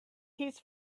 his